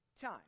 time